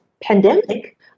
pandemic